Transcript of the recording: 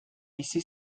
bizi